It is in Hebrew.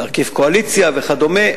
להרכיב קואליציה וכדומה,